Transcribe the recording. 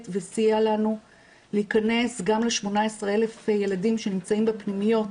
וסייע לנו להכנס גם ל-18,000 ילדים שנמצאים בפנימיות